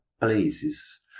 places